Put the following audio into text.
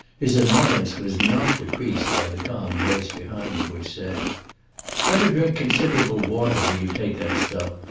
his annoyance was not decreased by the calm voice behind him which said better drink considerable water when you take that stuff.